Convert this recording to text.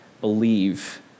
believe